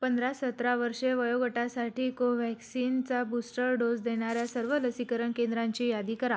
पंधरा सतरा वर्षे वयोगटासाठी कोव्हॅक्सिनचा बूस्टर डोस देणाऱ्या सर्व लसीकरण केंद्रांची यादी करा